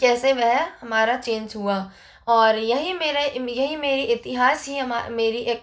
कैसे वह हमारा चेंज हुआ और यही मेरा यही मेरी इतिहास ही मेरी एक